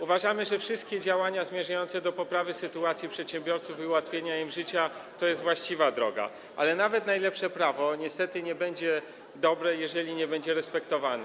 Uważamy, że wszystkie działania zmierzające do poprawy sytuacji przedsiębiorców i ułatwienia im życia to właściwa droga, ale nawet najlepsze prawo niestety nie będzie dobre, jeżeli nie będzie respektowane.